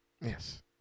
Yes